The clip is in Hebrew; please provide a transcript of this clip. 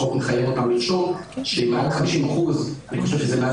החוק מחייב לרשום שמעל ל-50% - אני חושב שזה מעל